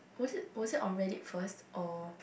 was it was it on Reddit first or